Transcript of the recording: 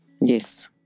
Yes